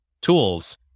tools